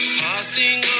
passing